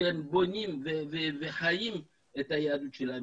שהם בונים וחיים את היהדות שלהם.